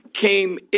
came